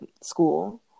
school